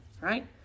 right